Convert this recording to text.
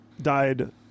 died